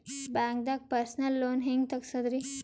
ಬ್ಯಾಂಕ್ದಾಗ personal loan ಹೆಂಗ್ ತಗ್ಸದ್ರಿ?